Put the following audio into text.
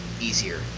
easier